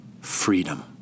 freedom